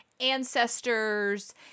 ancestors